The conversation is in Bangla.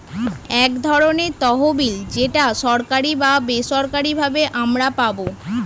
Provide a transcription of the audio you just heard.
এক ধরনের তহবিল যেটা সরকারি বা বেসরকারি ভাবে আমারা পাবো